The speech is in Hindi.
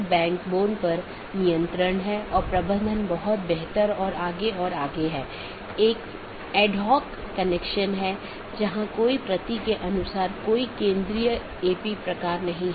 और यह बैकबोन क्षेत्र या बैकबोन राउटर इन संपूर्ण ऑटॉनमस सिस्टमों के बारे में जानकारी इकट्ठा करता है